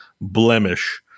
blemish